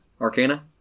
Arcana